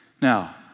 Now